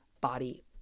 body